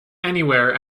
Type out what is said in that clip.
anywhere